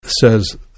says